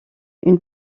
une